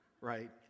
right